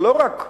ולא רק זה,